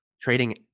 trading